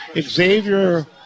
Xavier